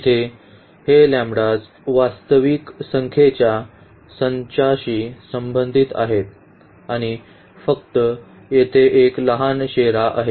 जिथे हे लॅम्बडास वास्तविक संख्येच्या संचाशी संबंधित आहेत आणि फक्त येथे एक लहान शेरा आहे